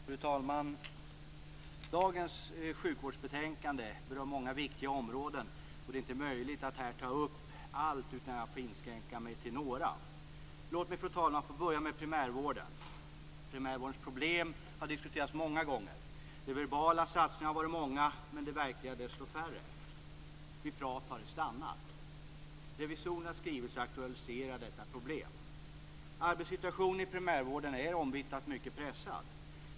Fru talman! Dagens sjukvårdsbetänkande berör många viktiga områden. Det är inte möjligt att här ta upp allt, utan jag får inskränka mig till några. Låt mig, fru talman, få börja med primärvården. Primärvårdens problem har diskuterats många gånger. De verbala satsningarna har varit många, men de verkliga desto färre. Vid prat har det stannat. Revisorernas skrivelse aktualiserar detta problem. Arbetssituationen i primärvården är omvittnat mycket pressad.